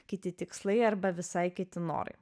kiti tikslai arba visai kiti norai